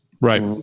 right